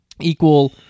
equal